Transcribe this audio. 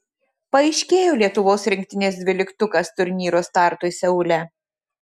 paaiškėjo lietuvos rinktinės dvyliktukas turnyro startui seule